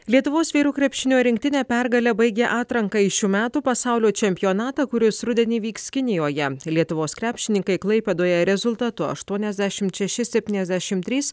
lietuvos vyrų krepšinio rinktinė pergale baigė atranką į šių metų pasaulio čempionatą kuris rudenį vyks kinijoje lietuvos krepšininkai klaipėdoje rezultatu aštuoniasdešimt šeši septyniasdešimt trys